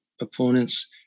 opponents